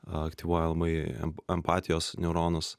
aktyvuoja labai empatijos neuronus